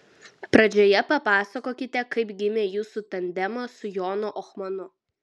pradžioje papasakokite kaip gimė jūsų tandemas su jonu ohmanu